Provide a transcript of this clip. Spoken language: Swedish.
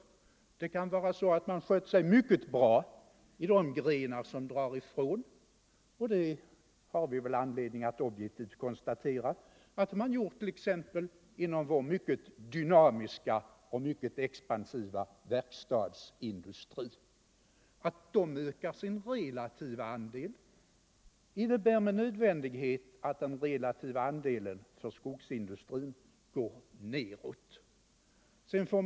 Det kan i stället vara så att man 125 har skött sig mycket bra i de grenar som drar ifrån — och det har vi väl anledning att objektivt konstatera att man gjort t.ex. inom vår mycket dynamiska och mycket expansiva verkstadsindustri. Att annan industri ökar sin relativa andel innebär med nödvändighet att skogsindustrins relativa andel minskar.